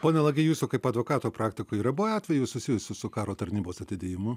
pone lagy jūsų kaip advokato praktikoj yra buvę atvejų susijusių su karo tarnybos atidėjimu